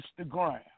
Instagram